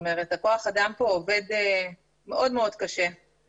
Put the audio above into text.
כוח האדם פה עובד מאוד מאוד קשה,